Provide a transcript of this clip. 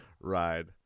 ride